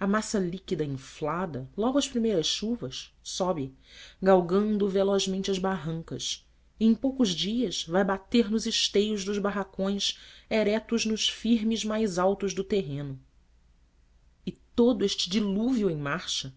a massa líqüida inflada logo às primeiras chuvas sobe galgando velozmente as barrancas e em poucos dias vai bater nos esteios dos barracões eretos nos firmes mais altos do terreno e todo este dilúvio em marcha